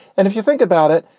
and if you think about it,